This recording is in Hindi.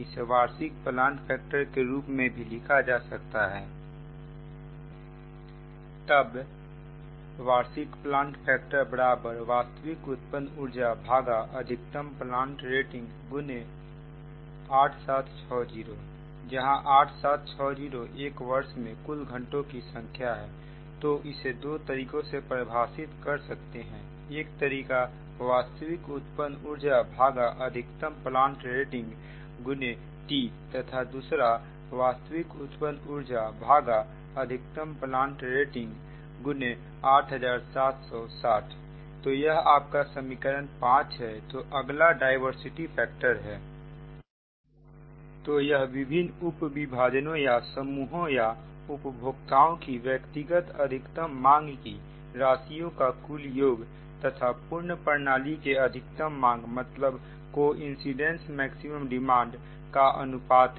इसे वार्षिक प्लांट फैक्टर के रूप में भी लिखा जा सकता हैतब वार्षिक प्लांट फैक्टर वास्तविक उत्पन्न ऊर्जा अधिकतम प्लांट रेटिंगX 8760 जहां 8760 1 वर्ष में कुल घंटों की संख्या है तो इसे दो तरीके से परिभाषित कर सकते हैं एक तरीका " वास्तविक उत्पन्न ऊर्जा अधिकतम प्लांट रेटिंग X T" तथा दूसरा " वास्तविक उत्पन्न ऊर्जा अधिकतम प्लांट रेटिंग X8760" तो यह आपका समीकरण 5 है तो अगला डायवर्सिटी फैक्टर है तो यह विभिन्न उप विभाजनों या समूहों या उपभोक्ताओं की व्यक्तिगत अधिकतम मांग की राशियों का कुल योग तथा पूर्ण प्रणाली के अधिकतम मांग का अनुपात है